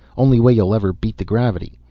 only way you'll ever beat the gravity.